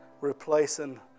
replacing